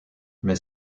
mais